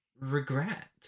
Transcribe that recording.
regret